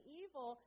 evil